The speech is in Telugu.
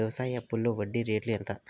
వ్యవసాయ అప్పులో వడ్డీ రేట్లు ఎంత?